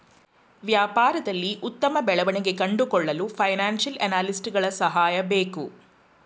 ವ್ಯಾಪಾರದಲ್ಲಿ ಉತ್ತಮ ಬೆಳವಣಿಗೆ ಕಂಡುಕೊಳ್ಳಲು ಫೈನಾನ್ಸಿಯಲ್ ಅನಾಲಿಸ್ಟ್ಸ್ ಗಳ ಸಹಾಯ ಬೇಕು